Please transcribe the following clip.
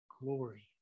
glory